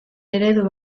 eredu